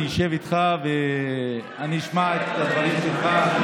אני אשב איתך ואשמע את הדברים שלך.